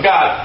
God